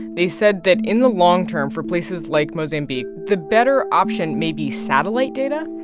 they said that in the long term for places like mozambique, the better option may be satellite data.